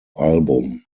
album